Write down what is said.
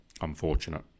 unfortunate